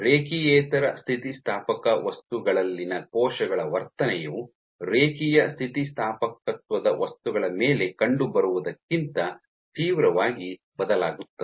ರೇಖೀಯೇತರ ಸ್ಥಿತಿಸ್ಥಾಪಕ ವಸ್ತುಗಳಲ್ಲಿನ ಕೋಶಗಳ ವರ್ತನೆಯು ರೇಖೀಯ ಸ್ಥಿತಿಸ್ಥಾಪಕತ್ವದ ವಸ್ತುಗಳ ಮೇಲೆ ಕಂಡುಬರುವುದಕ್ಕಿಂತ ತೀವ್ರವಾಗಿ ಬದಲಾಗುತ್ತದೆ